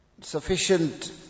Sufficient